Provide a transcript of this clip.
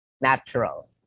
natural